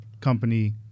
Company